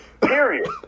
Period